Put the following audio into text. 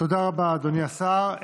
תודה רבה, אדוני השר.